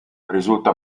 risulta